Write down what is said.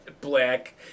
black